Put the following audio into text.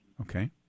Okay